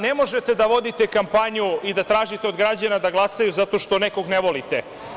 Ne možete da vodite kampanju i da tražite od građana da glasaju zato što nekog ne volite.